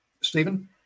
stephen